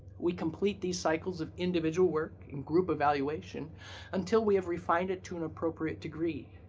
we complete these cycles of individual work and group evaluation until we have refined it to an appropriate degree.